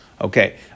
Okay